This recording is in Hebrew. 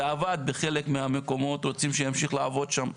זה עבד בחלק מהמקומות, רוצים שימשיך לעבוד שם.